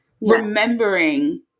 remembering